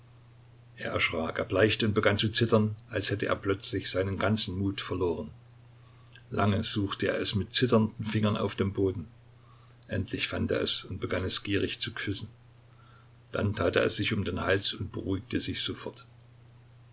er erschrak erbleichte und begann zu zittern als hätte er plötzlich seinen ganzen mut verloren lange suchte er es mit zitternden fingern auf dem boden endlich fand er es und begann es gierig zu küssen dann tat er es sich um den hals und beruhigte sich sofort